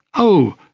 oh,